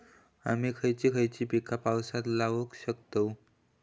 आम्ही खयची खयची पीका पावसात लावक शकतु?